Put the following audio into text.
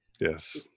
Yes